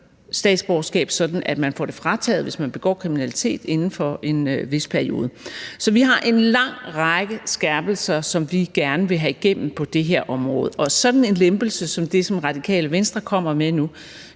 statsborgerskab, sådan at man får det frataget, hvis man begår kriminalitet inden for en vis periode. Så vi har en lang række skærpelser på det her område, som vi gerne vil have igennem. Og sådan en lempelse som den, Radikal Venstre kommer med nu,